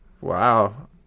Wow